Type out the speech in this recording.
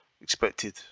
expected